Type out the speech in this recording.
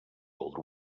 old